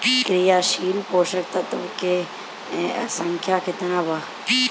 क्रियाशील पोषक तत्व के संख्या कितना बा?